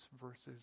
versus